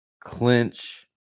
clinch